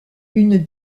une